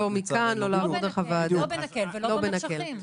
לא בנקל לא במחשכים.